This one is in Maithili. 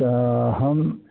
तऽ हम